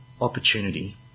opportunity